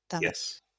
Yes